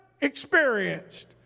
experienced